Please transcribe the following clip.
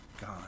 God